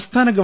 സംസ്ഥാന ഗവ